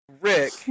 Rick